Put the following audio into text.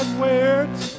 words